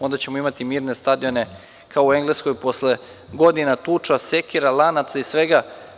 Onda ćemo imati mirne stadione kao u Engleskoj posle godina tuča, sekira, lanaca i svega.